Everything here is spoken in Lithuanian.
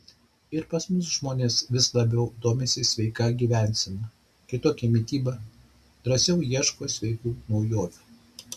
ir pas mus žmonės vis labiau domisi sveika gyvensena kitokia mityba drąsiau ieško sveikų naujovių